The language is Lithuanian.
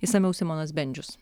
išsamiau simonas bendžius